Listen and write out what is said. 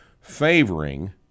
favoring